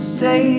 say